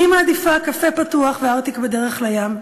אני מעדיפה קפה פתוח וארטיק בדרך לים,